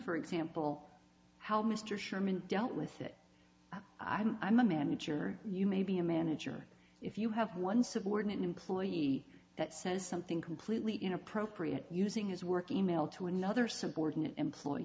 for example how mr sherman dealt with it i'm a manager you may be a manager if you have one subordinate employee that says something completely inappropriate using his work email to another subordinate employee